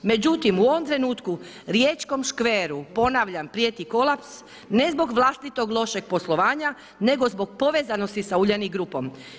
Međutim, u ovom trenutku riječkom škveru, ponavljam prijeti kolaps ne zbog vlastitog lošeg poslovanja nego zbog povezanosti sa Uljanik grupom.